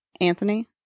Anthony